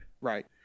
right